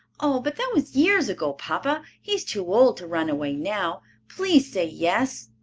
oh, but that was years ago, papa. he is too old to run away now. please say yes.